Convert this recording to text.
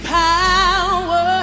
power